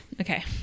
Okay